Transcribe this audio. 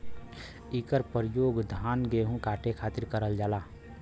इकर परयोग धान गेहू काटे खातिर करल जाला